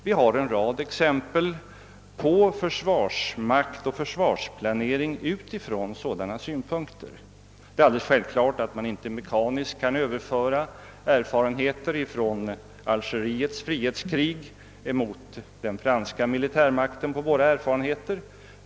Vi har en rad exempel på försvarsplanering från sådana utgångspunkter. Det är alldeles självklart att man inte kan mekaniskt överföra erfarenheter från Algeriets frihetskrig mot den franska militärmakten på våra förhållanden.